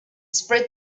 spread